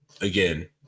again